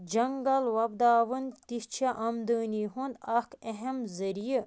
جنٛگل وۄپداوُن تہِ چھِ آمدٲنی ہُنٛد اَکھ اَہَم ذٔریعہٕ